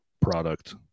product